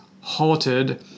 halted